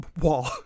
wall